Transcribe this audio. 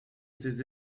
ces